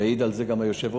יעיד על זה גם היושב-ראש,